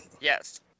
Yes